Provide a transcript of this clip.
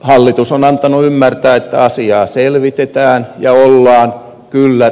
hallitus on antanut ymmärtää että asiaa selvitetään ja ollaan kyllä